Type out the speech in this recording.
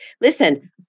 listen